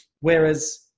Whereas